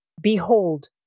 Behold